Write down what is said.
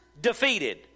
defeated